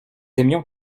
aimions